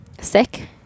sick